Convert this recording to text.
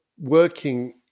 Working